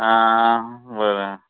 आ बरें